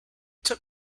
took